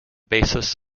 basis